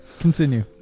continue